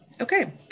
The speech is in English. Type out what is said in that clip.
okay